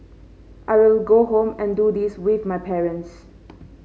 I will go home and do this with my parents